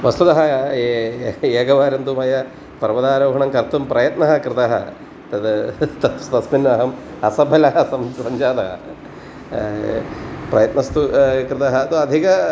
वस्तुतः ए एकवारं तु मया पर्वतारोहणं कर्तुं प्रयत्नः कृतः तद् तत् तस्मिन् अहम् असफलः सम् सञ्जातः प्रयत्नस्तु कृतः तु अधिकः